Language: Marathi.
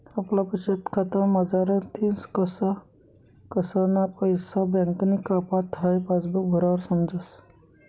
आपला बचतखाता मझारतीन कसा कसाना पैसा बँकनी कापात हाई पासबुक भरावर समजस